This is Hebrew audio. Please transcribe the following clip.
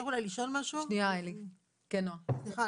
סליחה,